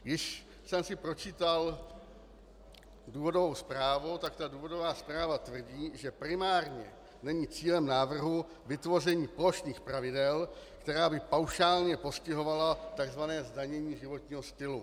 Když jsem si pročítal důvodovou zprávu, tak ta důvodová zpráva tvrdí, že primárně není cílem návrhu vytvoření plošných pravidel, která by paušálně postihovala tzv. zdanění životního stylu.